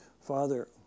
Father